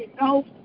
no